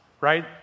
right